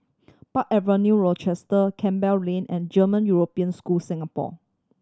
Park Avenue Rochester Campbell Lane and German European School Singapore